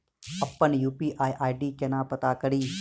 अप्पन UPI ID केना पत्ता कड़ी?